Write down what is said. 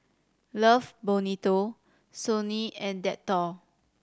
Love Bonito Sony and Dettol